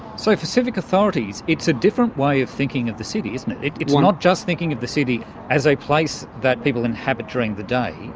so for civic authorities it's a different way of thinking of the city, isn't it, it's not just thinking of the city as a place that people inhabit during the day,